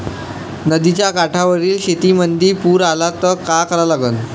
नदीच्या काठावरील शेतीमंदी पूर आला त का करा लागन?